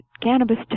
cannabis